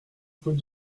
code